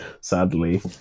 sadly